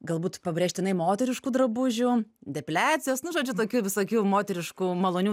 galbūt pabrėžtinai moteriškų drabužių depiliacijos nu žodžiu tokių visokių moteriškų malonių